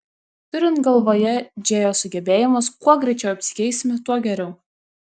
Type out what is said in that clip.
turint galvoje džėjos sugebėjimus kuo greičiau apsikeisime tuo geriau